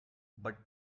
but